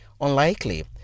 unlikely